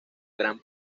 gran